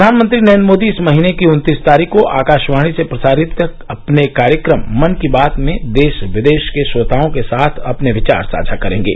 प्रधानमंत्री नरेन्द्र मोदी इस महीने की उन्तीस तारीख को आकाशवाणी से प्रसारित अपने कार्यक्रम मन की बात में देश विदेश के श्रोताओं के साथ अपने विचार साझा करेंगे